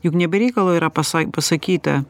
juk ne be reikalo yra pasa pasakyta